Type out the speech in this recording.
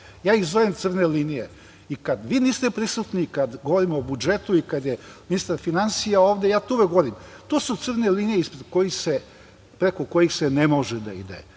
Ja ih zovem crne linije i kada vi niste prisutni, kad govorimo o budžetu i kada je ministar finansija ovde, ja to uvek govorim, to su crne linije preko kojih ne može da se